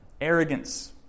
Arrogance